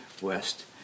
West